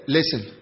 Listen